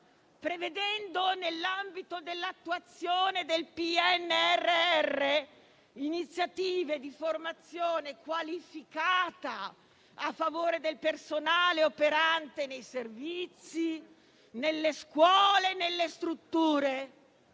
prevedendo, nell'ambito dell'attuazione del PNRR, iniziative di formazione qualificata a favore del personale operante nei servizi, nelle scuole e nelle strutture,